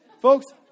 Folks